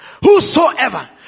Whosoever